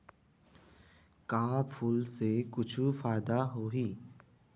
का फूल से कुछु फ़ायदा होही?